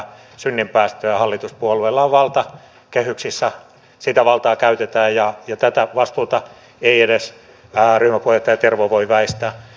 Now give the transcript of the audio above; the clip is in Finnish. hallituspuolueella on valta kehyksissä sitä valtaa käytetään ja tätä vastuuta ei edes ryhmäpuheenjohtaja terho voi väistää